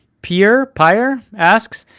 pyr, pyr, asks,